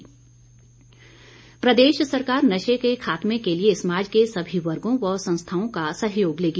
सुरेश भारद्वाज प्रदेश सरकार नशे के खात्मे के लिए समाज के सभी वर्गों व संस्थाओं का सहयोग लेगी